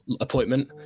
appointment